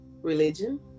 religion